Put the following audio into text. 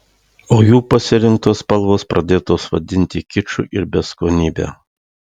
o jų pasirinktos spalvos pradėtos vadinti kiču ir beskonybe